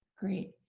great,